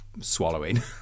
swallowing